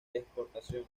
exportación